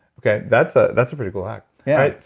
okay. that's ah that's a pretty cool hack yeah all right.